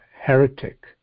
heretic